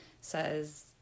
says